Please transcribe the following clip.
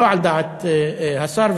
לא על דעת השר.